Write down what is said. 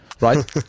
right